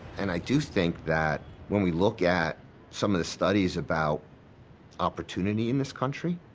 and i do think that when we look at some of the studies about opportunity in this country,